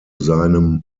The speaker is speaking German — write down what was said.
seinem